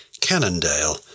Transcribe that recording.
Cannondale